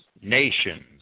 nations